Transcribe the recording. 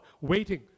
waiting